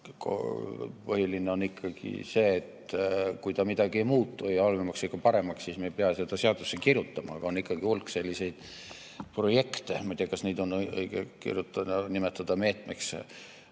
põhiline on ikkagi see, et kui midagi ei muutu ei halvemaks ega paremaks, siis me ei pea seda seadusesse kirjutama. Aga on hulk selliseid projekte – ma ei tea, kas neid on õige nimetada meetmeteks